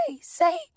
say